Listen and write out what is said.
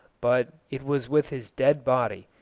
but it was with his dead body,